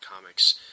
comics